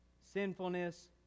sinfulness